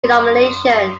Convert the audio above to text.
renomination